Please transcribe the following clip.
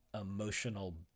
emotional